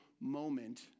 moment